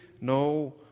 no